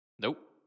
Nope